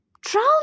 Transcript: Drown